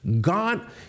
God